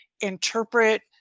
interpret